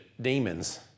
demons